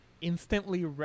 instantly